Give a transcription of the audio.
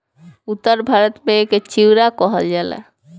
उत्तर भारत में एके चिवड़ा कहल जाला